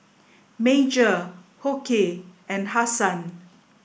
Major Hoke and Hasan